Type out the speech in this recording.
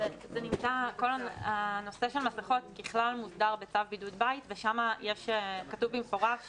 כל הנושא של מסכות ככלל מוסדר בצו בידוד בית ושם כתוב במפורש